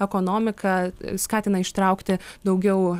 ekonomika skatina ištraukti daugiau